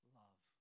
love